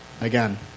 Again